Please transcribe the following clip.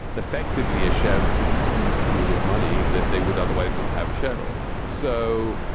effectively a share of this huge pool of money that they would otherwise not have a share of. so,